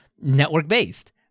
network-based